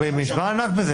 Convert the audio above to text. מה ענק בזה?